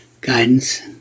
guidance